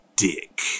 dick